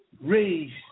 raised